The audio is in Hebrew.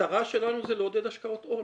המטרה שלנו זה לעודד השקעות הון.